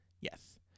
Yes